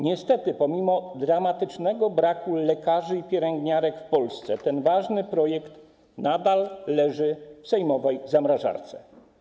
Niestety, pomimo dramatycznego braku lekarzy i pielęgniarek w Polsce ten ważny projekt nadal leży w sejmowej zamrażarce.